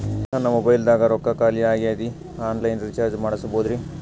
ನನ್ನ ಮೊಬೈಲದಾಗ ರೊಕ್ಕ ಖಾಲಿ ಆಗ್ಯದ್ರಿ ಆನ್ ಲೈನ್ ರೀಚಾರ್ಜ್ ಮಾಡಸ್ಬೋದ್ರಿ?